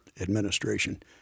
administration